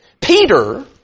Peter